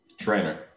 Trainer